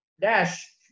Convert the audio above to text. dash